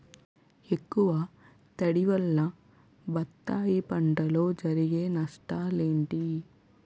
ఎక్కువ తడి వల్ల బత్తాయి పంటలో జరిగే నష్టాలేంటి?